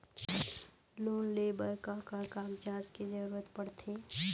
ऋण ले बर का का कागजात के जरूरत पड़थे?